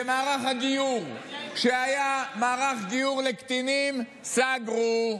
במערך הגיור היה מערך גיור לקטינים וסגרו אותו.